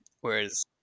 whereas